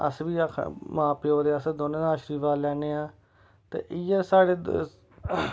अस बी आखने मां प्यो दे दोनो दे आशिर्वाद लैन्ने आं ते इ'यै साढ़े